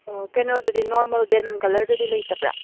ꯑꯣ ꯀꯩꯅꯣꯗꯗꯤ ꯅꯣꯔꯃꯦꯜ ꯗꯦꯅꯤꯝ ꯀꯂꯔꯗꯗꯤ ꯂꯩꯇꯕ꯭ꯔꯥ